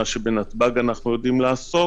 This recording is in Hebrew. מה שבנתב"ג אנחנו יודעים לעשות